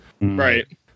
Right